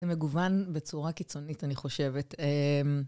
זה מגוון בצורה קיצונית, אני חושבת.